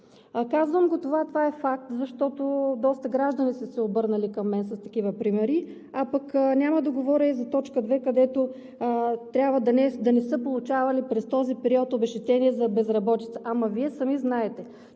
искат и трите. Това е факт, защото доста граждани са се обърнали към мен с такива примери, а пък няма да говоря и за т. 2, където трябва да не са получавали през този период обезщетение за безработица. Вие сами знаете,